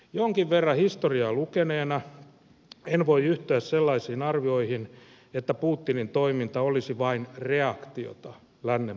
jonkin verran historiaa lukeneena en voi yhtyä sellaisiin arvioihin että putinin toiminta olisi vain reaktiota lännen politiikkaan